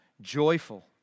joyful